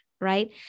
Right